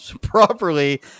properly